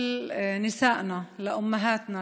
תרגומם: מעל במה זו אני רוצה להביע הוקרה והערכה לכל הנשים שלנו,